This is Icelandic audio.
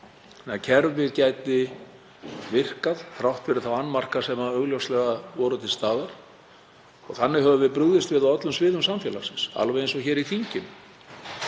landsins, að kerfið gæti virkað þrátt fyrir þá annmarka sem augljóslega voru til staðar. Þannig höfum við brugðist við á öllum sviðum samfélagsins, alveg eins og hér í þinginu,